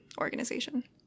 organization